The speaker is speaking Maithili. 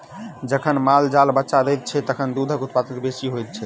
जखन माल जाल बच्चा दैत छै, तखन दूधक उत्पादन बेसी होइत छै